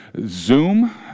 Zoom